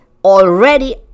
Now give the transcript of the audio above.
Already